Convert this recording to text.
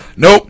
Nope